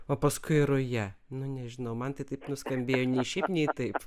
o paskui ruja nu nežinau man tai taip nuskambėjo nei šiaip nei taip